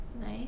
Nice